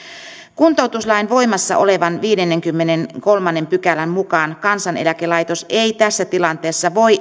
kuntoutuslain voimassa olevan viidennenkymmenennenkolmannen pykälän mukaan kansaneläkelaitos ei tässä tilanteessa voi